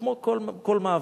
כמו כל מעבר.